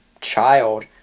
child